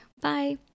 Bye